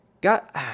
got